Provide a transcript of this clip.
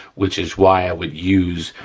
which is why i would use,